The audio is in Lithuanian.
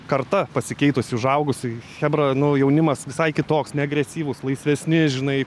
kartą pasikeitusi užaugusi chebra nu jaunimas visai kitoks neagresyvūs laisvesni žinai